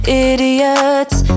idiots